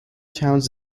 towns